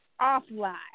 offline